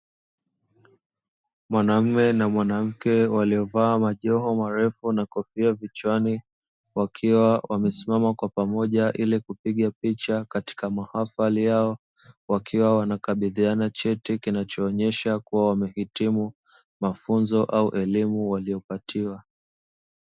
Mwanammea na mwanamke waliovaa majiho marefu na kofia vichwani wakiwa wamesimama kwa pamoja ili kupiga picha katika mahafali yao, wakiwa wanakabidhiana cheti kinacho onyesha kua amehitimu mafunzo au elimu waliyo patiwa.